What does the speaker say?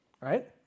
right